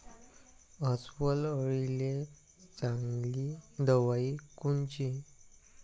अस्वल अळीले चांगली दवाई कोनची?